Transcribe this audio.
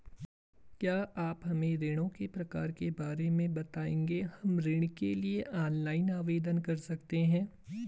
क्या आप हमें ऋणों के प्रकार के बारे में बताएँगे हम ऋण के लिए ऑनलाइन आवेदन कर सकते हैं?